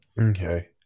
Okay